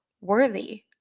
worthy